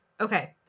Okay